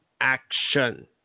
action